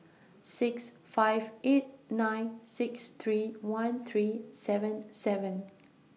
six five eight nine six three one three seven seven